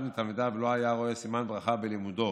מתלמידיו לא היה רואה סימן ברכה בלימודו